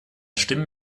stimmen